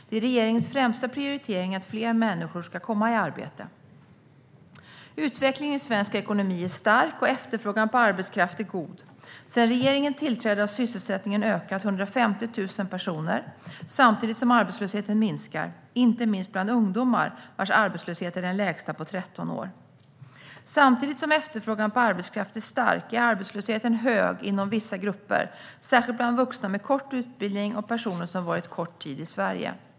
Det är regeringens främsta prioritering att fler människor ska komma i arbete. Svar på interpellationer Utvecklingen i svensk ekonomi är stark och efterfrågan på arbetskraft är god. Sedan regeringen tillträdde har antalet sysselsatta ökat med 150 000 personer samtidigt som arbetslösheten minskar, inte minst bland ungdomar vars arbetslöshet är den lägsta på 13 år. Samtidigt som efterfrågan på arbetskraft är stark är arbetslösheten hög inom vissa grupper, särskilt bland vuxna med kort utbildning och personer som varit kort tid i Sverige.